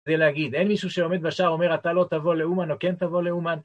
זה להגיד, אין מישהו שעומד בשער אומר אתה לא תבוא לאומן או כן תבוא לאומן.